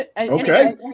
Okay